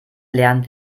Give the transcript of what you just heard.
lernen